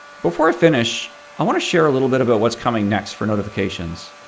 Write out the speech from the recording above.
before i finish, i want to share a little bit about what's coming next for notifications.